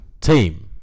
team